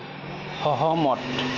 সহমত